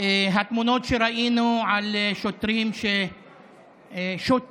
התמונות שראינו על שוטרים ששותלים